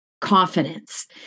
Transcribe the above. confidence